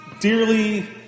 Dearly